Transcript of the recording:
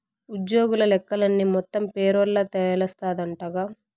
ఉజ్జోగుల లెక్కలన్నీ మొత్తం పేరోల్ల తెలస్తాందంటగా